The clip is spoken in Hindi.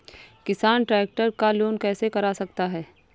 किसान ट्रैक्टर का लोन कैसे करा सकता है?